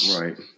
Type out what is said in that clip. right